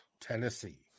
Tennessee